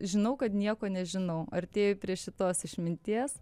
žinau kad nieko nežinau artėju prie šitos išminties